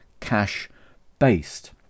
cash-based